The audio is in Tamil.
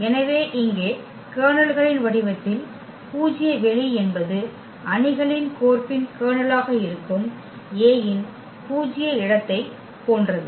எனவே இங்கே கர்னல்களின் வடிவத்தில் பூஜ்ய வெளி என்பது அணிகளின் கோர்ப்பின் கர்னலாக இருக்கும் a இன் பூஜ்ய இடத்தைப் போன்றது